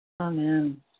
Amen